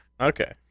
Okay